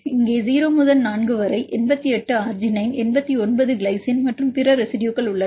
இங்கே 0 முதல் 4 வரை 88 அர்ஜினைன் 89 கிளைசின் மற்றும் பிற ரெசிடுயுகள் உள்ளன